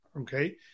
okay